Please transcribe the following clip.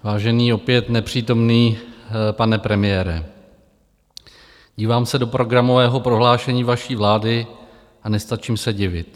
Vážený, opět nepřítomný pane premiére, dívám se do programového prohlášení vaší vlády a nestačím se divit.